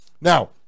Now